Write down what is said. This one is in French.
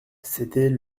c’était